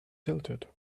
tilted